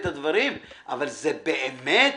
אבל באמת.